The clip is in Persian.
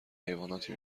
حیواناتی